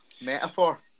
metaphor